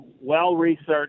well-researched